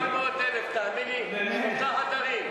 900,000 שקל, תאמין לי, שלושה חדרים.